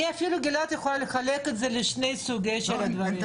גלעד אפילו יכול לחלק את זה לשני סוגי דברים.